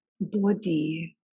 body